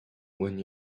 when